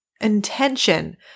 intention